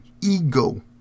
ego